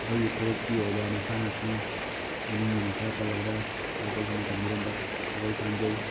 ꯑꯩꯈꯣꯏꯒꯤ ꯐꯨꯔꯨꯞꯀꯤ ꯑꯣꯏꯕ ꯃꯁꯥꯟꯅꯁꯤꯡ ꯃꯃꯤꯡ ꯑꯣꯏꯅ ꯈꯔ ꯄꯜꯂꯕꯗ ꯏꯄꯥ ꯑꯄꯨꯁꯤꯡꯅ ꯊꯝꯕꯤꯔꯝꯕ ꯁꯒꯣꯜ ꯀꯥꯡꯖꯩ